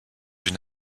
une